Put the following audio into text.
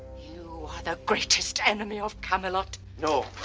you are the greatest enemy of camelot. no,